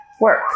work